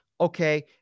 okay